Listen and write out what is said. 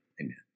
amen